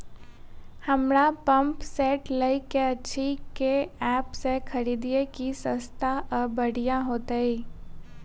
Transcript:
हमरा pump set लय केँ अछि केँ ऐप सँ खरिदियै की सस्ता आ बढ़िया हेतइ?